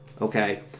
Okay